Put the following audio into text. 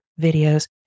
videos